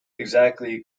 exactly